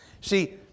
See